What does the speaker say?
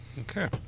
Okay